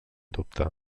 dubte